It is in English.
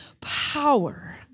power